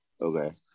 Okay